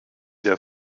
der